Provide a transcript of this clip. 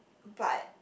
but